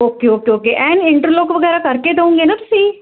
okay okay okay ਐਨ interlock ਵਗੈਰਾ ਕਰਕੇ ਦਓਗੇ ਨਾ ਤੁਸੀਂ